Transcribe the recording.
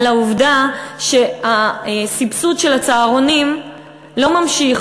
על העובדה שהסבסוד של הצהרונים לא ממשיך